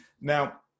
Now